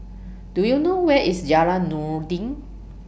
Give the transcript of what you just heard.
Do YOU know Where IS Jalan Noordin